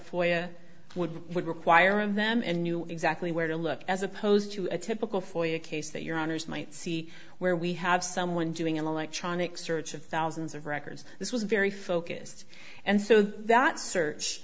a would would require of them and knew exactly where to look as opposed to a typical for your case that your honour's might see where we have someone doing an electronic search of thousands of records this was very focused and so that search